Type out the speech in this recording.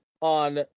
on